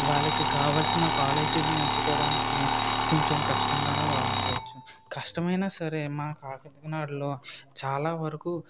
వాళ్ళకి కావాల్సిన కాలేజీలని ఎంచుకోవడానికి కొంచెం కష్టంగానే భావించవచ్చు కష్టమైనా సరే మా కాకినాడలో చాలా వరకు